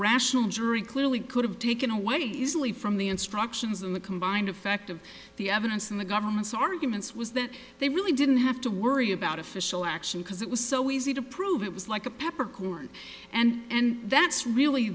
rational jury clearly could have taken away easily from the instructions in the combined effect of the evidence in the government's arguments was that they really didn't have to worry about official action because it was so easy to prove it was like a peppercorn and that's really